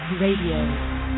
Radio